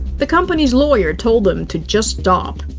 the company's lawyer told them to just stop,